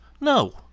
No